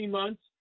months